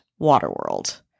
Waterworld